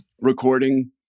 recording